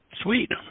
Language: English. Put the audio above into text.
Sweet